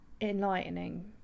enlightening